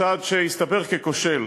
צעד שהסתבר ככושל